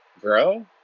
grow